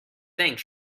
think